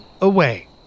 away